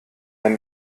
ein